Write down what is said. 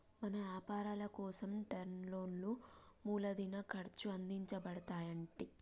మన యపారాలకోసం టర్మ్ లోన్లా మూలదిన ఖర్చు అందించబడతాయి అంటి